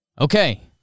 Okay